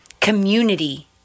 community